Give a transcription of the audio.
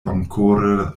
bonkore